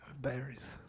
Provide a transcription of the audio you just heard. Berries